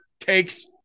takes